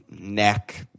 neck